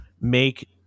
make